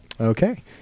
okay